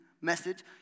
message